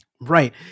Right